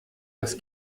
das